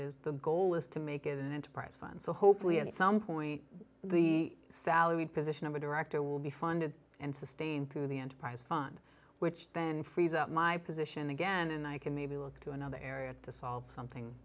is the goal is to make it an enterprise fund so hopefully at some point the salaried position of a director will be funded and sustained through the enterprise fund which then frees up my position again and i can maybe look to another area to solve something